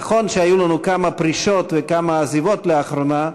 נכון שהיו לנו כמה פרישות וכמה עזיבות לאחרונה,